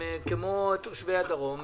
כמו כל תושבי הדרום,